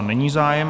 Není zájem.